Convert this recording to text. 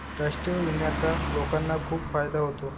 राष्ट्रीय विम्याचा लोकांना खूप फायदा होतो